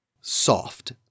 Soft